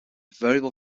variable